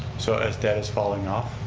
so as debt is falling off,